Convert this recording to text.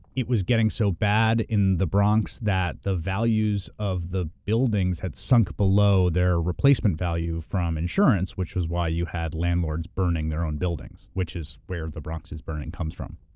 it was getting so bad in the bronx that the values of the buildings had sunk below their replacement value from insurance, which was why you had landlords burning their own buildings, which is where the bronx is burning comes from.